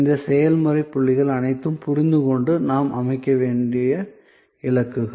இந்த செயல்முறைப் புள்ளிகள் அனைத்தும் புரிந்துகொண்டு நாம் அமைக்க வேண்டிய இலக்குகள்